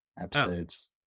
episodes